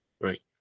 right